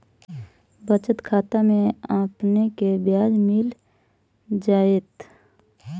बचत खाता में आपने के ब्याज मिल जाएत